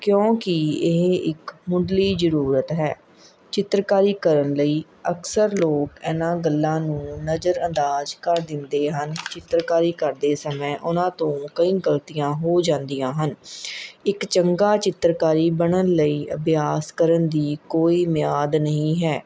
ਕਿਉਂਕਿ ਇਹ ਇੱਕ ਮੁੱਢਲੀ ਜ਼ਰੂਰਤ ਹੈ ਚਿੱਤਰਕਾਰੀ ਕਰਨ ਲਈ ਅਕਸਰ ਲੋਕ ਇਹਨਾਂ ਗੱਲਾਂ ਨੂੰ ਨਜ਼ਰ ਅੰਦਾਜ਼ ਕਰ ਦਿੰਦੇ ਹਨ ਚਿੱਤਰਕਾਰੀ ਕਰਦੇ ਸਮੇਂ ਉਹਨਾਂ ਤੋਂ ਕਈ ਗਲਤੀਆਂ ਹੋ ਜਾਂਦੀਆਂ ਹਨ ਇੱਕ ਚੰਗਾ ਚਿੱਤਰਕਾਰੀ ਬਣਨ ਲਈ ਅਭਿਆਸ ਕਰਨ ਦੀ ਕੋਈ ਮਿਆਦ ਨਹੀਂ ਹੈ